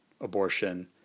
abortion